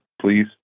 please